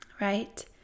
right